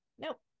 Nope